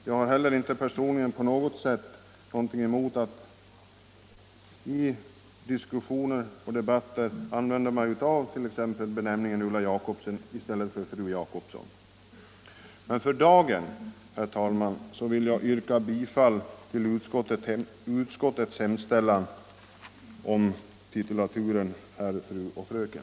Jag har inte personligen någonting emot att i diskussioner och debatter använda t.ex. benämningen ”Ulla Jacobsson” i stället för ”fru Jacobsson”. Men för dagen, herr talman, vill jag yrka bifall till utskottets hemställan i fråga om titlarna herr, fru och fröken.